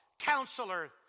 Counselor